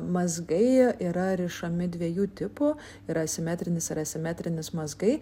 mazgai yra rišami dviejų tipų yra simetrinis ir asimetrinis mazgai